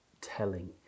telling